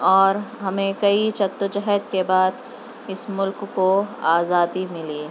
اور ہمیں کئی جد وجہد کے بعد اس ملک کو آزادی ملی